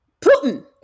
Putin